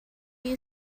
you